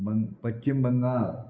Bang Paschim Bengal